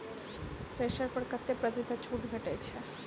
Thresher पर कतै प्रतिशत छूट भेटय छै?